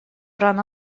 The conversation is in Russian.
рано